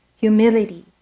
humility